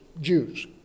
Jews